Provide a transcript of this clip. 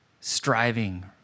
striving